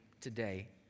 today